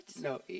No